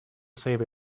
save